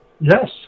Yes